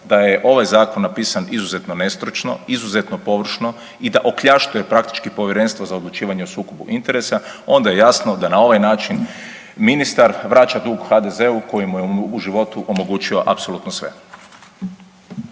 da je ovaj zakon napisan izuzetno nestručno, izuzetno površno i da okljaštruje praktički Povjerenstvo za odlučivanje o sukobu interesa onda je jasno da na ovaj način ministar vraća dug HDZ-u koji mu je u životu omogućio apsolutno sve.